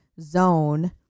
zone